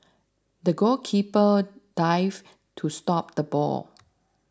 the goalkeeper dived to stop the ball